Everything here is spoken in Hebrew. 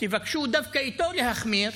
תבקשו להחמיר